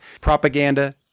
Propaganda